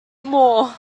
more